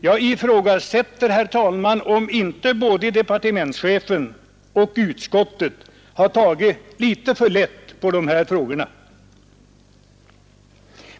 Jag ifrågasätter, herr talman, om inte både departementschefen och utskottet har tagit för lätt på den här frågan.